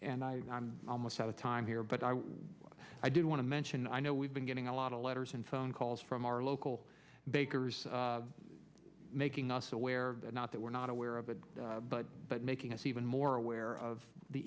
and i'm almost out of time here but i i do want to mention i know we've been getting a lot of letters and phone calls from our local bakers making us aware not that we're not aware of it but but making us even more aware of the